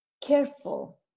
careful